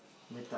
meet up